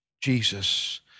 Jesus